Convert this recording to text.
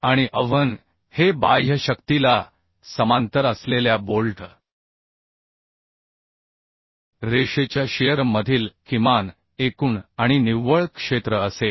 आणि AVn हे बाह्य शक्तीला समांतर असलेल्या बोल्ट रेषेच्या शिअर मधील किमान एकूण आणि निव्वळ क्षेत्र असेल